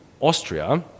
Austria